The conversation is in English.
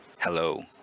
Hello